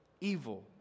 Evil